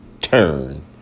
turn